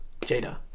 Jada